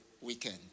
weekend